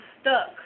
stuck